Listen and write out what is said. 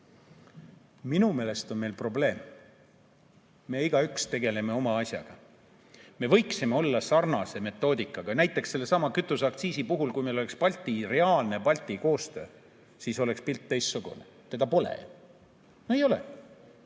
Minu meelest on meil see probleem, et me igaüks tegeleme oma asjaga. Me võiksime [kasutada] sarnast metoodikat. Näiteks sellesama kütuseaktsiisi puhul, kui meil oleks reaalne Balti koostöö, siis oleks pilt teistsugune. Ent seda pole. No ei ole!